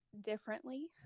differently